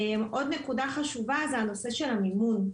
עוד נקודה חשובה היא הנושא המימון.